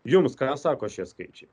jums ką sako šie skaičiai